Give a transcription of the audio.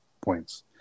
points